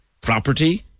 Property